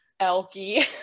Elky